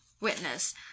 witness